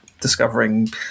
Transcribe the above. discovering